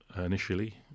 initially